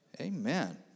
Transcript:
Amen